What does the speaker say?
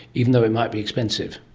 even though it might be expensive.